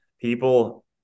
people